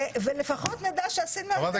ולפחות נדע שעשינו על זה "וי".